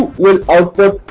ah will output